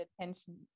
attention